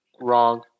Wrong